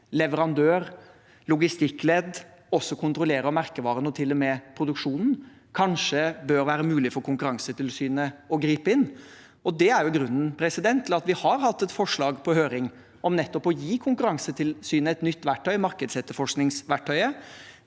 leverandør, logistikkledd, og også kontrollerer merkevaren og til og med produksjonen – og at det kanskje bør være mulig for Konkurransetilsynet å gripe inn i det. Det er grunnen til at vi har hatt et forslag på høring om nettopp å gi Konkurransetilsynet et nytt verktøy, markedsetterforskningsverktøyet.